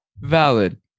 valid